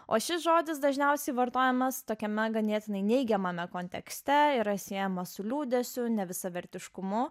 o šis žodis dažniausiai vartojamas tokiame ganėtinai neigiamame kontekste yra siejamas su liūdesiu nevisavertiškumu